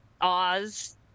Oz